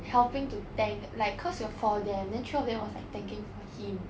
helping to tank like cause 有 four of them then three of them was like tanking for him